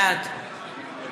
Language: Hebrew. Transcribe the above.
בעד נורית קורן,